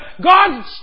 God